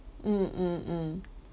mm mm mm